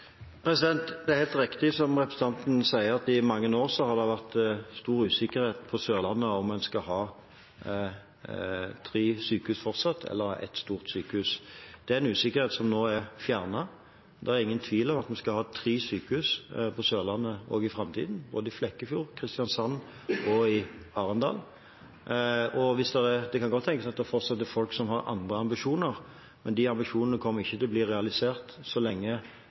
Det er helt riktig, som representanten sier, at i mange år har det vært stor usikkerhet på Sørlandet om en fortsatt skal ha tre sykehus, eller ett stort sykehus. Det er en usikkerhet som nå er fjernet. Det er ingen tvil om at vi skal ha tre sykehus på Sørlandet også i framtiden, både i Flekkefjord, i Kristiansand og i Arendal. Det kan godt tenkes at det fortsatt er folk som har andre ambisjoner, men de ambisjonene kommer ikke til å bli realisert så lenge